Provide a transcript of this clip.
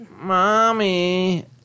mommy